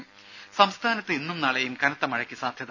രും സംസ്ഥാനത്ത് ഇന്നും നാളെയും കനത്ത മഴയ്ക്ക് സാധ്യത